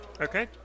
Okay